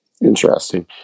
interesting